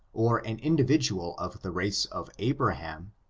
or an individual of the race of abra ham,